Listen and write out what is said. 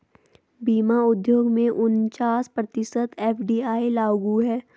बीमा उद्योग में उनचास प्रतिशत एफ.डी.आई लागू है